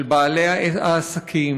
על בעלי העסקים,